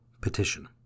Petition